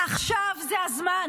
עכשיו זה הזמן.